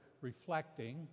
reflecting